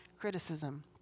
criticism